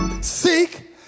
Seek